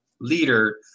leader